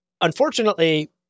unfortunately